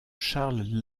charles